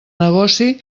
negoci